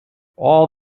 all